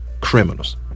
criminals